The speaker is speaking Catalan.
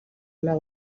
una